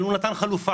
מנגד,